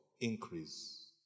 increase